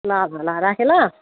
ल ल ल राखेँ ल